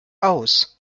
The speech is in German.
aus